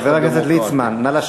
חבר הכנסת הורוביץ, אנא בטובך.